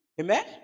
Amen